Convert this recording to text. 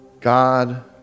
God